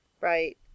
right